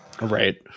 Right